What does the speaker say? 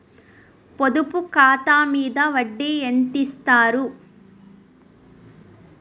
పొదుపు ఖాతా మీద వడ్డీ ఎంతిస్తరు?